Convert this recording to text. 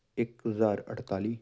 ਇੱਕ ਹਜ਼ਾਰ ਅਠਤਾਲੀ